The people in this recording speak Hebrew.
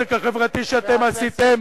והנזק החברתי שאתם עשיתם,